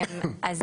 אז